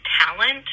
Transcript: talent